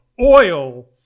oil